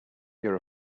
your